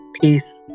peace